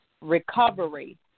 recovery